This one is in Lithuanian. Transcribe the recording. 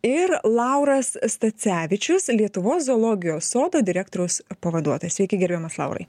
ir lauras stacevičius lietuvos zoologijos sodo direktoriaus pavaduotas sveiki gerbiamas laurai